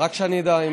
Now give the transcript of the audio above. רק שאני אדע,